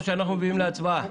אם לא, נביא את התקנות להצבעה.